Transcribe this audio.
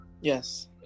yes